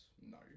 No